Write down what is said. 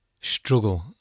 struggle